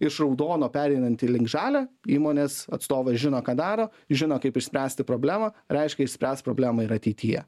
iš raudono pereinantį link žalią įmonės atstovas žino ką daro žino kaip išspręsti problemą reiškia išspręs problemą ir ateityje